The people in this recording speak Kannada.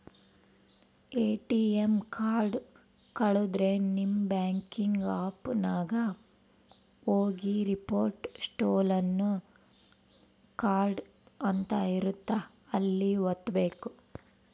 ಎ.ಟಿ.ಎಮ್ ಕಾರ್ಡ್ ಕಳುದ್ರೆ ನಿಮ್ ಬ್ಯಾಂಕಿಂಗ್ ಆಪ್ ನಾಗ ಹೋಗಿ ರಿಪೋರ್ಟ್ ಸ್ಟೋಲನ್ ಕಾರ್ಡ್ ಅಂತ ಇರುತ್ತ ಅಲ್ಲಿ ವತ್ತ್ಬೆಕು